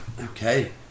Okay